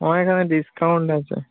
আমার এখানে ডিসকাউন্ট আছে